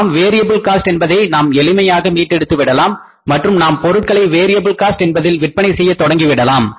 நாம் variable cost என்பதை நாம் எளிமையாக மீட்டெடுத்து விடலாம் மற்றும் நாம் பொருட்களை வேரியபில் காஸ்ட் என்பதில் விற்பனை செய்ய தொடங்கி விடலாம்